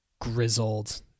grizzled